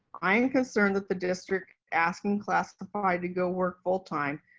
i am concerned that the district asking classified to go work full time.